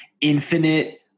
infinite